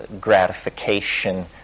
gratification